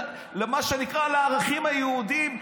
למה שנקרא לערכים היהודיים,